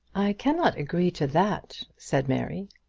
i cannot agree to that, said mary.